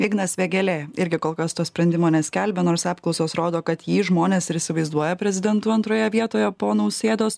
ignas vėgėlė irgi kol kas to sprendimo neskelbia nors apklausos rodo kad jį žmonės ir įsivaizduoja prezidentu antroje vietoje po nausėdos